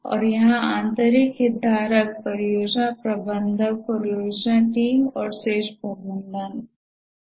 और यहां आंतरिक हितधारक परियोजना प्रबंधक परियोजना टीम और शीर्ष प्रबंधन हैं